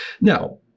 Now